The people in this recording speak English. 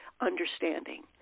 understanding